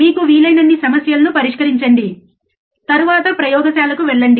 మీకు వీలైనన్ని సమస్యలను పరిష్కరించండి తరువాత ప్రయోగశాలకు వెళ్లండి